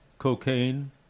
Cocaine